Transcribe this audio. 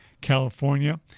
California